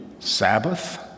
Sabbath